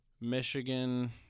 Michigan